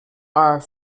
are